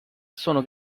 sono